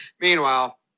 Meanwhile